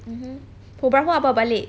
mmhmm pukul berapa abah balik